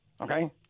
Okay